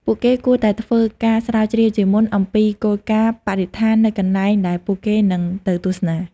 ពួកគេគួរតែធ្វើការស្រាវជ្រាវជាមុនអំពីគោលការណ៍បរិស្ថាននៅកន្លែងដែលពួកគេនឹងទៅទស្សនា។